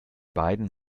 beiden